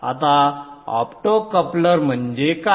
आता ऑप्टोकपलर म्हणजे काय